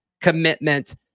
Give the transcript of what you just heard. commitment